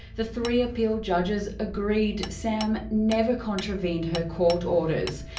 the three appeal judges agreed sam never contravened her court orders.